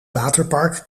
waterpark